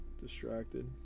distracted